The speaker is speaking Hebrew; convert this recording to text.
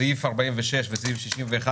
סעיף 46 וסעיף 61,